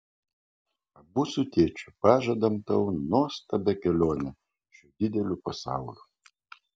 abu su tėčiu pažadam tau nuostabią kelionę šiuo dideliu pasauliu